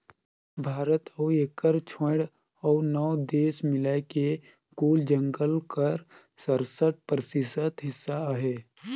भारत अउ एकर छोंएड़ अउ नव देस मिलाए के कुल जंगल कर सरसठ परतिसत हिस्सा अहे